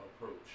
approach